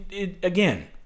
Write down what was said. Again